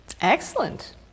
Excellent